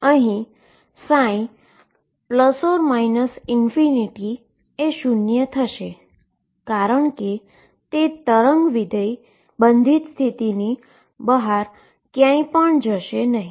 અહી ψ±∞ એ શુન્ય થશે કારણકે તે વેવ ફંક્શન બંધિત સ્થિતિ ની બહાર ક્યાય પણ જશે નહી